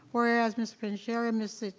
whereas mr. panjsheeri and mr.